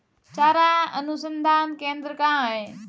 चारा अनुसंधान केंद्र कहाँ है?